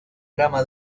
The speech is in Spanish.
drama